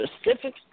specific